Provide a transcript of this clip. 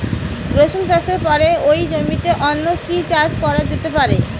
রসুন চাষের পরে ওই জমিতে অন্য কি চাষ করা যেতে পারে?